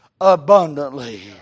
abundantly